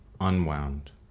unwound